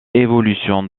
évolution